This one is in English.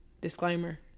Disclaimer